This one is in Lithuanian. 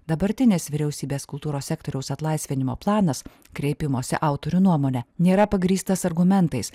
dabartinės vyriausybės kultūros sektoriaus atlaisvinimo planas kreipimosi autorių nuomone nėra pagrįstas argumentais